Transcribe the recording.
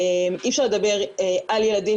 אי אפשר לדבר על ילדים.